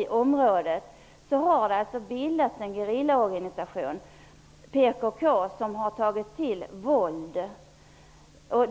i området, har det alltså bildats en gerillaorganisation, PKK, som har tagit till våld.